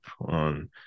on